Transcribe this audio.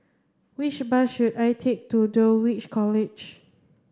which bus should I take to Dulwich College